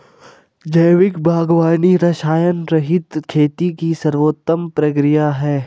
जैविक बागवानी रसायनरहित खेती की सर्वोत्तम प्रक्रिया है